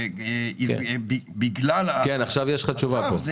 יעלו בגלל הצו?